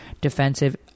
Defensive